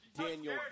Daniel